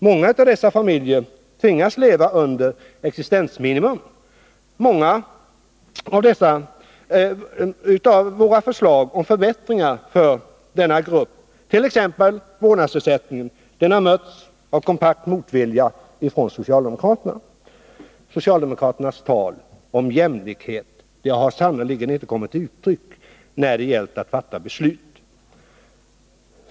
Många av dessa familjer tvingas leva under existensminimum. Även förslag om förbättringar för denna grupp, t.ex. vårdnadsersättningen, har mötts av kompakt motvilja från socialdemokraterna. Socialdemokraternas tal om jämlikhet har inte kommit till uttryck när det gällt att fatta beslut.